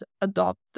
adopt